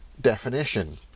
definition